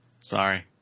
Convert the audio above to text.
Sorry